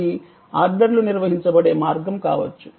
అది ఆర్డర్లు నిర్వహించబడే మార్గం కావచ్చు